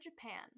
Japan